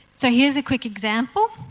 so, here's a quick example,